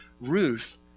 Ruth